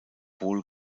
wohl